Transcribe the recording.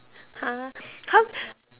!huh! how